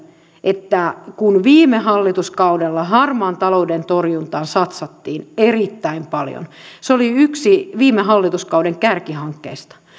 että kun viime hallituskaudella harmaan talouden torjuntaan satsattiin erittäin paljon se oli yksi viime hallituskauden kärkihankkeista